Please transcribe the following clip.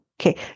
Okay